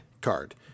card